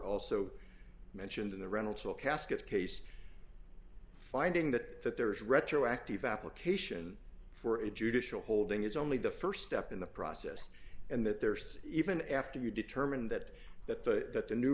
also mentioned the reynolds will casket case finding that that there is retroactive application for a judicial holding is only the st step in the process and that there's even after you determined that that the that the new